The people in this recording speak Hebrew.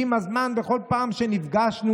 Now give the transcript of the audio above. ועם הזמן בכל פעם שנפגשנו,